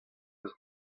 eus